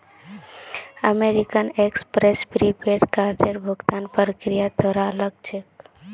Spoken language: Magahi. अमेरिकन एक्सप्रेस प्रीपेड कार्डेर भुगतान प्रक्रिया थोरा अलग छेक